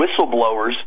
whistleblowers